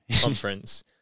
Conference